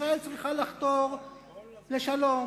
ישראל צריכה לחתור לשלום.